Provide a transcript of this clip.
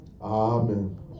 Amen